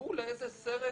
תראו לאיזה סרט